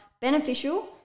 beneficial